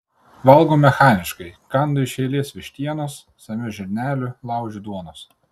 valgau mechaniškai kandu iš eilės vištienos semiu žirnelių laužiu duonos